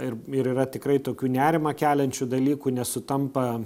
ir ir yra tikrai tokių nerimą keliančių dalykų nesutampa